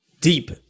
deep